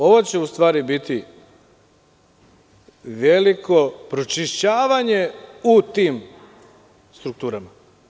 Ovo će u stvari biti veliko pročišćavanje u tim strukturama.